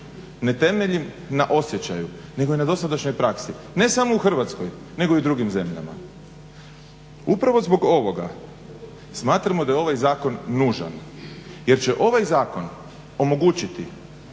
ne temeljim na osjećaju nego na dosadašnjoj praksi, ne samo u Hrvatskoj nego i u drugim zemljama. Upravo zbog ovoga smatramo da je ovaj zakon nužan jer će ovaj zakon omogućiti